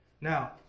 Now